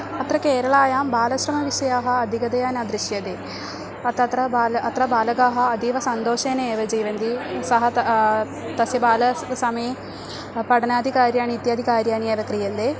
अत्र केरलायां बालश्रमविषयाः अधिकतया न दृश्यते तत्र बालः अत्र बालकाः अतीवसन्तोषेण एव जीवन्ति सः ताः तस्य बालाः समये पठनादिकार्याणि इत्यादिकार्याणि एव क्रियन्ते